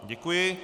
Děkuji.